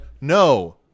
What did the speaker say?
no